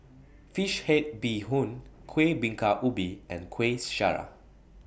Fish Head Bee Hoon Kueh Bingka Ubi and Kueh Syara